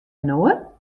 inoar